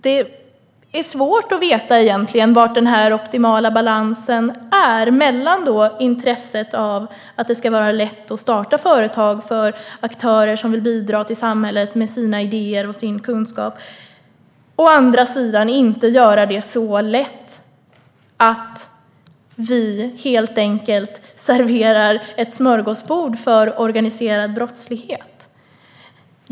Det är egentligen svårt att veta var den optimala balansen finns mellan intressena: Å ena sidan ska det vara lätt att starta företag för aktörer som vill bidra till samhället med sina idéer och sin kunskap, å andra sidan ska vi inte göra det så lätt att vi helt enkelt serverar ett smörgåsbord för organiserad brottslighet.